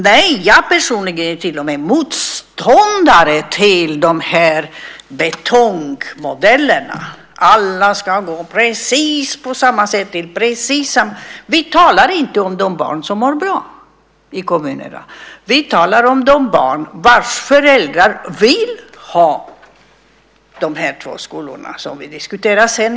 Nej, jag personligen är till och med motståndare till betongmodellerna där alla ska lära på precis samma sätt. Vi talar inte om de barn som mår bra i kommunerna. Vi talar om de barn vars föräldrar vill ha de två skolor som vi diskuterar.